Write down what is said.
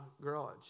garage